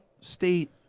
state